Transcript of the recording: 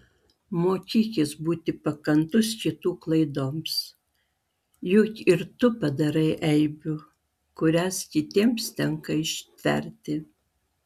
mokykis būti pakantus kitų klaidoms juk ir tu padarai eibių kurias kitiems tenka ištverti